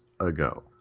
ago